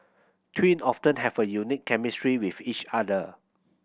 twin often have a unique chemistry with each other